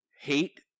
hate